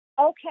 Okay